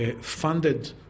funded